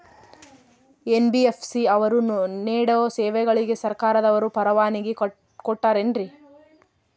NBFC ಅವರು ನೇಡೋ ಸೇವೆಗಳಿಗೆ ಸರ್ಕಾರದವರು ಪರವಾನಗಿ ಕೊಟ್ಟಾರೇನ್ರಿ?